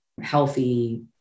healthy